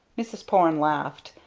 mrs. porne laughed.